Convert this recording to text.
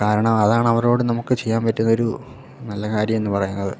കാരണം അതാണ് അവരോട് നമുക്ക് ചെയ്യാൻ പറ്റുന്നൊരു നല്ല കാര്യം എന്ന് പറയുന്നത്